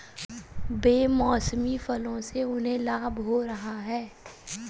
बेमौसमी फसलों से उन्हें लाभ हो रहा है